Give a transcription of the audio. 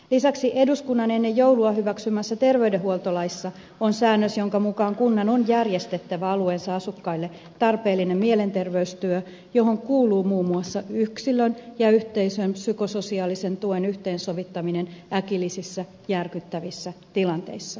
lisäksi eduskunnan ennen joulua hyväksymässä terveydenhuoltolaissa on säännös jonka mukaan kunnan on järjestettävä alueensa asukkaille tarpeellinen mielenterveystyö johon kuuluu muun muassa yksilön ja yhteisön psykososiaalisen tuen yhteensovittaminen äkillisissä järkyttävissä tilanteissa